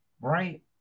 Right